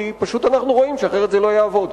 כי פשוט אנחנו רואים שאחרת זה לא יעבוד.